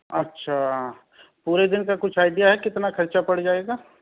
اچھا پورے دِن کا کچھ آئڈیا ہے کتنا خرچہ پڑ جائے گا